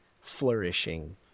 flourishing